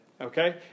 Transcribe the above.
okay